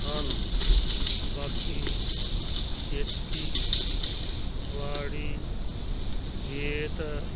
ਹਨ ਬਾਕੀ ਖੇਤੀਬਾੜੀ ਖੇਤ